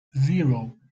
zero